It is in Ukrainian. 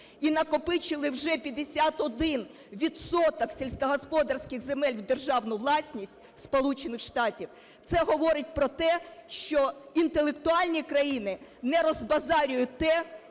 і накопичили вже 51 відсоток сільськогосподарських земель в державну власність Сполучених Штатів, це говорить про те, що інтелектуальні країни не розбазарюють те,